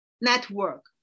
network